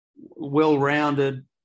well-rounded